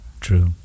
True